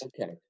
okay